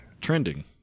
trending